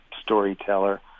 storyteller